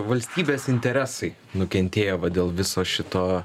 valstybės interesai nukentėjo va dėl viso šito